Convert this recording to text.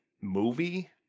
movie